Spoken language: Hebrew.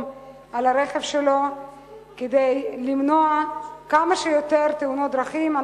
על הרכב שלו כדי למנוע כמה שיותר תאונות דרכים.